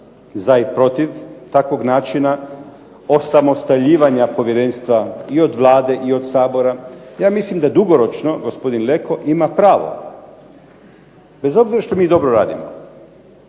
za i protiv takvog načina, osamostaljivanja povjerenstva i od Vlade i od Sabora. Ja mislim da dugoročno gospodin Leko ima pravo, bez obzira što mi dobro radimo,